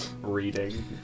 Reading